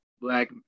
black